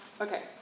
Okay